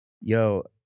Yo